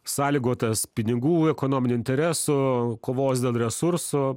sąlygotas pinigų ekonominių interesų kovos dėl resursų